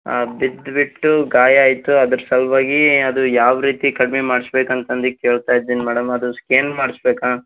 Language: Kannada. ಆಂ ಬಿದ್ದುಬಿಟ್ಟು ಗಾಯ ಆಯಿತು ಅದ್ರ ಸಲುವಾಗಿ ಅದು ಯಾವ ರೀತಿ ಕಡಿಮೆ ಮಾಡ್ಸ್ಬೇಕಂತಂದು ಕೇಳ್ತಾ ಇದ್ದೀನಿ ಮೇಡಮ್ ಅದು ಸ್ಕ್ಯಾನ್ ಮಾಡಿಸ್ಬೇಕಾ